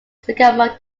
sycamore